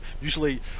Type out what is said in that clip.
Usually